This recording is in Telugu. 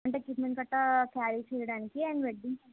అంటే ఎక్విప్మెంట్ గట్రా క్యారీ చెయ్యడానికి అండ్ వెడ్డింగ్